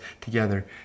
together